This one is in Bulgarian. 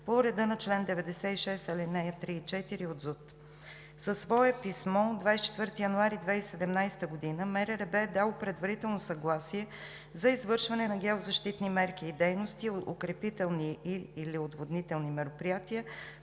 по реда на чл. 96, ал. 3 и 4 от ЗУТ. Със свое писмо от 24 януари 2017 г. МРРБ е дало предварително съгласие за извършване на геозащитни мерки и дейности, укрепителни и/или отводнителни мероприятия